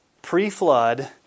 pre-flood